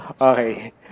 Okay